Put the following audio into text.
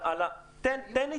תן איתות,